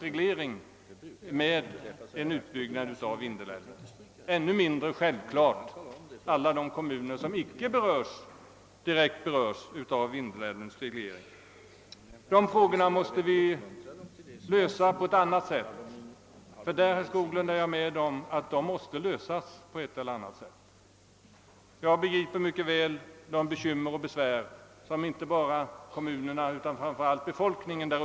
Självfallet skapas i ännu mindre grad arbetstillfällen i alla de kommuner som inte direkt berörs av Vindelälvens utbyggnad. Dessa frågor måste vi lösa på ett annat sätt, men jag håller med herr Skoglund om att de måste lösas. Jag är väl införstådd med de bekymmer och besvär som inte endast kommunerna, utan även — och framför allt — befolkningen har.